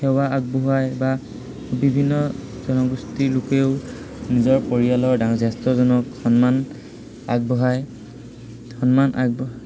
সেৱা আগবঢ়ায় বা বিভিন্ন জনগোষ্ঠীৰ লোকেও নিজৰ পৰিয়ালৰ ডাঙ জ্যেষ্ঠজনক সন্মান আগবঢ়ায় সন্মান আগবঢ়